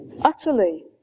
utterly